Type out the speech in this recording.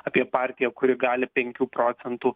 apie partiją kuri gali penkių procentų